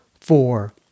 four